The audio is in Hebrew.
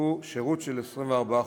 הוא שירות של 24 חודשים.